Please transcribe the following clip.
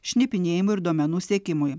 šnipinėjimui ir duomenų sekimui